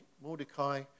Mordecai